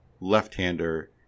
left-hander